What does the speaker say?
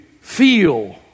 feel